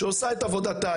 שעושה את עבודתה,